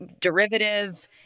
derivative